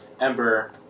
ember